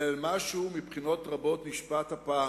אלא למה שהוא מבחינות רבות נשמת אפה